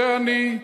זה אני.